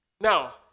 Now